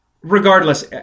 regardless